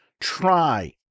try